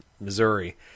Missouri